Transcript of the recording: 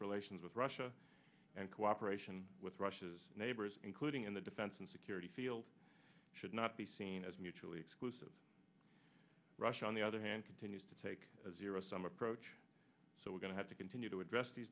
relations with russia and cooperation with russia's neighbors including in the defense and security field should not be seen as mutually exclusive russia on the other hand continues to take as zero sum approach so we're going to have to continue to address these